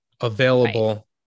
available